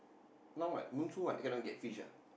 now what monsoon what you cannot get fish ah